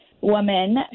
woman